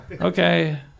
Okay